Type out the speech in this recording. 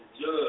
judge